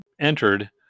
entered